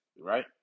right